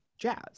jazz